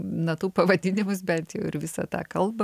natų pavadinimus bet jau ir visą tą kalbą